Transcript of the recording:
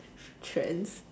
trends